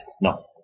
No